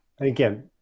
again